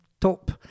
top